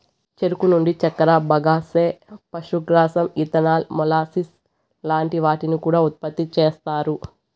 చెరుకు నుండి చక్కర, బగస్సే, పశుగ్రాసం, ఇథనాల్, మొలాసిస్ లాంటి వాటిని కూడా ఉత్పతి చేస్తారు